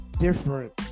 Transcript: different